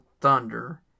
thunder